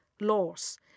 laws